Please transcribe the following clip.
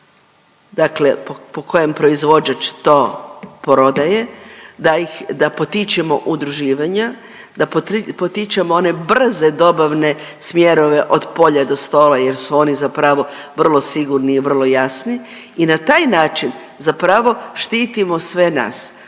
dakle po kojem proizvođač to prodaje, da ih, da potičemo udruživanja, da potičemo one brze dobavne smjerove od polja do stola jer su oni zapravo vrlo sigurni i vrlo jasni i na taj način zapravo štitimo sve nas.